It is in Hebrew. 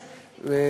עזרנו.